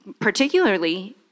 particularly